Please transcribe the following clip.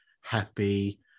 happy